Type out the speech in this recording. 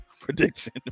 Prediction